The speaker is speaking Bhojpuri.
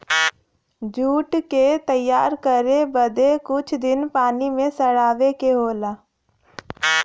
जूट क तैयार करे बदे कुछ दिन पानी में सड़ावे के होला